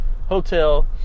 hotel